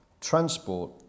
Transport